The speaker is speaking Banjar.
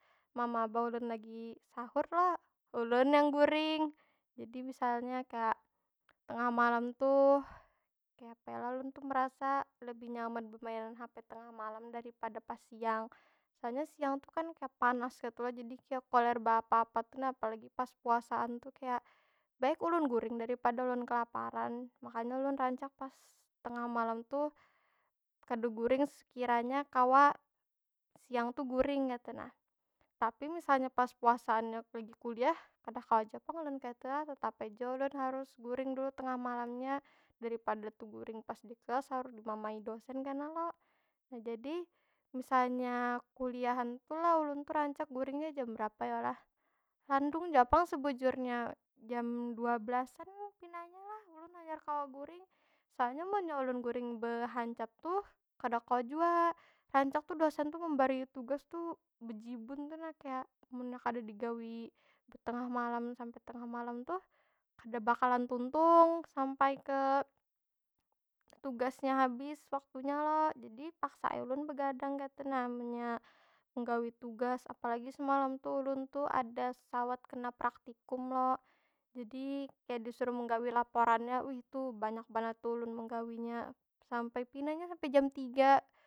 Mama abah ulun lagi sahur lo, ulun yang guring. Jadi misalnya kaya tengah malam tuh, kayapa yo lah? Ulun tu merasa lebih nyaman bemainan hape tengah malam dari pada pas siang. Soalnya siang tu kan kaya panas kaytu lo? Jadi kaya koler beapa- apa tu nah, apalagi pas puasaan tuh. Kaya, baik ulun guring daripada ulun kelaparan. makanya ulun rancak pas tengah malam tuh kada guring sekiranya kawa siang tu guring kaytu nah. Tapi, misalnya pas puasaannya lagi kuliah kada kawa jua pang ulun kaytu lah. Tetap ai jua ulun harus guring dulu tengah malamnya, daripada teguring pas di kelas haur dimamai dosen kena lo. Nah, jadi misalnya kuliahan tu lo, ulun tu rancak guringnya jam berapa yo lah? Landung ja pang sebujurnya, jam dua belasan pinanya lah ulun hanyar kawa guring. Soalnya munnya ulun guring behancap tukada kawa jua. Rancak tu dosen tu membarii tugas tu bejibun tu nah kaya, munnya kada digawi di tengah malam sampai tengah malam tuh kada bakalan tuntung. Sampai ke tugasnya habis waktunya lo. Jadi paksa ai ulun begadang kaytu nah munnya menggawi tugas. Apalagi semalam tu ulun tu ada sawat kena praktikum lo. Jadi kaya disuruh menggawi laporannya, wih itu banyak banar tu ulun menggawinya. Smapai pinanya sampai jam tiga.